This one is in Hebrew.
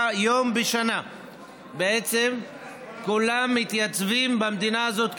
יום בשנה בעצם כולם מתייצבים במדינה הזאת,